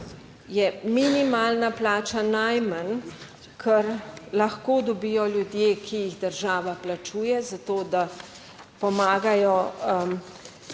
je minimalna plača najmanj, kar lahko dobijo ljudje, ki jih država plačuje za to, da pomagajo